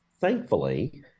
thankfully